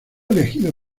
elegido